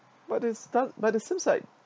but it's that but it seems like